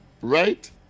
Right